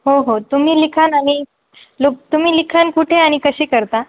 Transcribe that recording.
हो हो तुम्ही लिखाण आणि लुक तुम्ही लिखाण कुठे आणि कशी करता